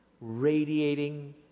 radiating